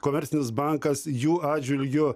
komercinis bankas jų atžvilgiu